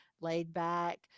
laid-back